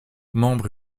membre